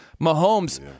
Mahomes